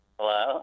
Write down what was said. Hello